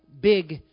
big